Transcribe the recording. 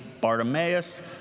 Bartimaeus